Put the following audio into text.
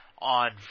on